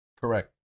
Correct